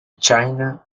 china